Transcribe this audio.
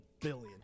billion